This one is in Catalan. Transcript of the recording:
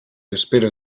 espera